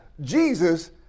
Jesus